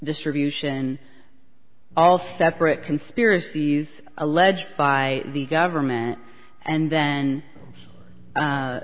distribution all separate conspiracies alleged by the government and then